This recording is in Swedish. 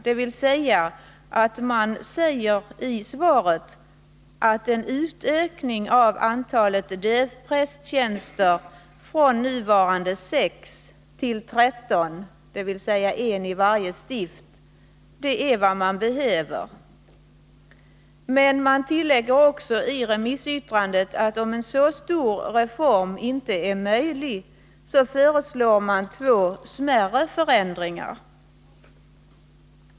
Därvid framhöll man att en utökning av antalet dövprästtjänster från nuvarande sex till tretton, dvs. en i varje stift, är vad som behövs. I remissyttrandet tillade man att om en sådan stor reform inte är möjlig föreslår man två smärre förändringar.